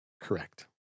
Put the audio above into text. correct